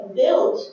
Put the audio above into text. built